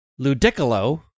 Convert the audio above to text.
Ludicolo